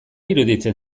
iruditzen